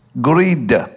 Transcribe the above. greed